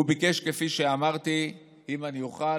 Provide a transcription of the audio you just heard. הוא ביקש, כפי שאמרתי, אם אני אוכל,